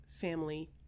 family